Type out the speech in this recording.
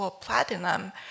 platinum